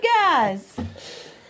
guys